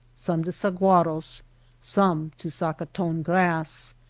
some to sahuaros, some to sacaton grass.